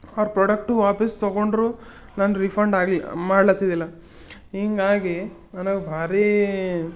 ಅವ್ರು ಪ್ರೊಡಕ್ಟು ವಾಪಸ್ ತೊಗೊಂಡ್ರು ನಾನು ರಿಫಂಡ್ ಆಗ್ಲಿ ಮಾಡ್ಲತಿದ್ದಿಲ್ಲ ಹಿಂಗಾಗಿ ನನಗೆ ಭಾರಿ